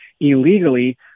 illegally